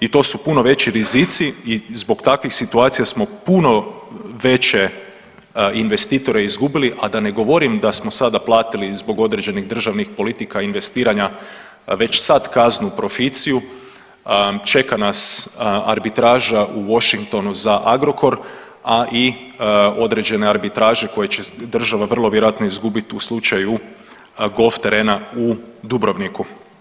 I to su puno veći rizici i zbog takvih situacija smo puno veće investitore izgubili, a da ne govorim da smo sada platili zbog određenih državnih politika investiranja već sad kaznu Proficiu, čeka nas arbitraža i Washingtonu za Agrokor, a i određene arbitraže koje će država vrlo vjerojatno izgubiti u slučaju golf terena u Dubrovniku.